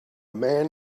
man